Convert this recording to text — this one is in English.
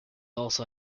also